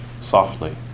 softly